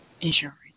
insurance